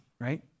right